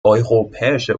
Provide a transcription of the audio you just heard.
europäische